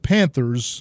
Panthers